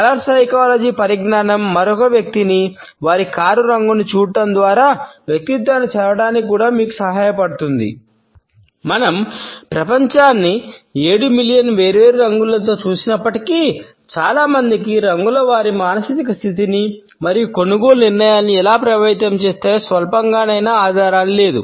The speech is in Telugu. కలర్ సైకాలజీ వేర్వేరు రంగులలో చూసినప్పటికీ చాలా మందికి రంగులు వారి మానసిక స్థితిని మరియు కొనుగోలు నిర్ణయాలను ఎలా ప్రభావితం చేస్తాయో స్వల్పంగానైనా ఆధారాలు లేదు